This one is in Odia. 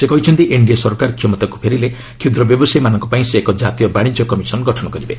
ସେ କହିଛନ୍ତି ଏନ୍ଡିଏ ସରକାର କ୍ଷମତାକୁ ଫେରିଲେ କ୍ଷୁଦ୍ର ବ୍ୟବସାୟୀମାନଙ୍କ ପାଇଁ ସେ ଏକ ଜାତୀୟ ବାଶିଜ୍ୟ କମିଶନ୍ ଗଠନ କରିବେ